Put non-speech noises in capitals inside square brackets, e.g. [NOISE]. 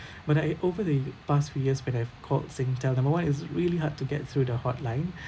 [BREATH] when I over the past few years when I've called Singtel number one it's really hard to get through the hotline [BREATH]